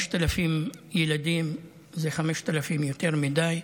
5,000 ילדים זה 5,000 יותר מדי.